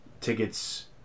tickets